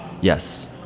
Yes